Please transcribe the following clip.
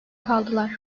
kaldılar